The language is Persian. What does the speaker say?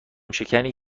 شکنی